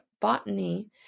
Botany